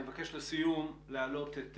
אני מבקש לסיום להעלות את